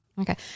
Okay